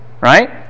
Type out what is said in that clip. right